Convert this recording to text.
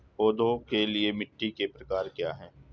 पौधों के लिए मिट्टी के प्रकार क्या हैं?